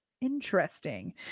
Interesting